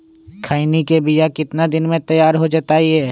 खैनी के बिया कितना दिन मे तैयार हो जताइए?